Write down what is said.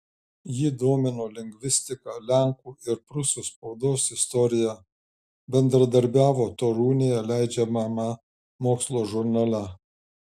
jį domino lingvistika lenkų ir prūsų spaudos istorija bendradarbiavo torūnėje leidžiamame mokslo žurnale